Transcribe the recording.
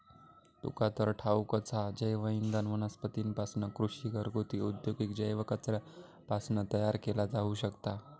तुका तर ठाऊकच हा, जैवइंधन वनस्पतींपासना, कृषी, घरगुती, औद्योगिक जैव कचऱ्यापासना तयार केला जाऊ शकता